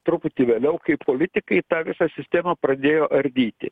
truputį vėliau kai politikai tą visą sistemą pradėjo ardyti